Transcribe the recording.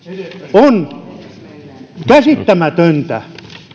on käsittämätöntä